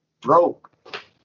broke